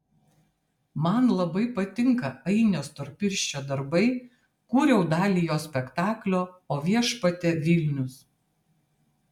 man labai patinka ainio storpirščio darbai kūriau dalį jo spektaklio o viešpatie vilnius